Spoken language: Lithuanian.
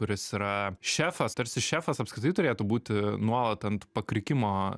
kuris yra šefas tarsi šefas apskritai turėtų būti nuolat ant pakrikimo